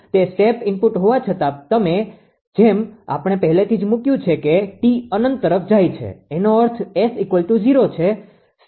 તે step input હોવા છતાં જેમ આપણે પહેલેથી જ મુક્યું છે કે t અનંત તરફ જાય છે એનો અર્થ S૦ છે